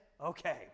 okay